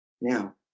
now